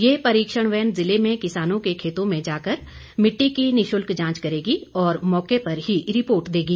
यह परीक्षण वैन जिले में किसानों के खेतों में जाकर मिट्टी की निशुल्क जांच करेगी और मौके पर ही रिपोर्ट देगी